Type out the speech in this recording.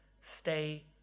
stay